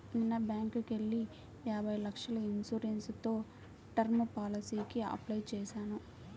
నిన్న బ్యేంకుకెళ్ళి యాభై లక్షల ఇన్సూరెన్స్ తో టర్మ్ పాలసీకి అప్లై చేశాను